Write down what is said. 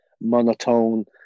monotone